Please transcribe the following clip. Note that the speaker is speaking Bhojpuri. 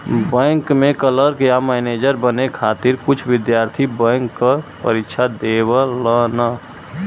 बैंक में क्लर्क या मैनेजर बने खातिर कुछ विद्यार्थी बैंक क परीक्षा देवलन